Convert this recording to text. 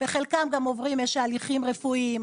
בחלקם גם עוברים הליכים רפואיים,